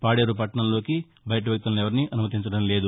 పాడేరు పట్టణంలోకి బయట వ్యక్తులను ఎవరినీ అనుమతించడం లేదు